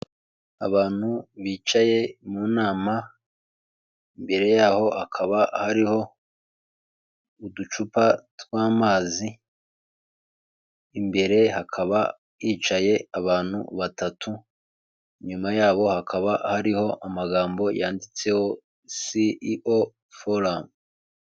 Abantu bicaye mu nama imbere y'aho hakaba hariho uducupa tw'amazi, imbere hakaba hicaye abantu batatu, inyuma y'abo hakaba hariho amagambo yanditseho ceo forum.